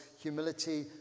humility